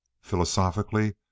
philosophically